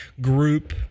group